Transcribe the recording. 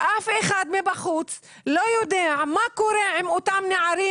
אף אחד מבחוץ לא יודע מה קורה עם אותם נערים